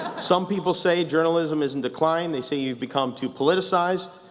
some people say journalism is in decline, they say you've become too politicized,